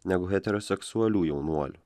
negu heteroseksualių jaunuolių